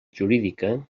jurídica